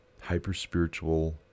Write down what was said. hyper-spiritual